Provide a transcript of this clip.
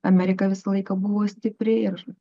amerika visą laiką buvo stipri ir